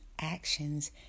actions